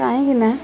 କାହିଁକି ନା